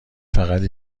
فقط